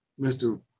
Mr